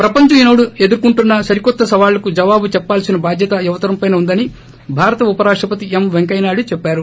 ప్రపంచం ఈనాడు ఎదుర్కొనే సరికొత్త సవాళ్ళకు జవాబు చెప్పాల్పిన బాద్యత యువతరంపైన ఉందని భారత ఉప రాష్టపతి ఎం పెంకయ్యనాయుడు చెప్పారు